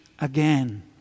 again